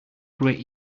great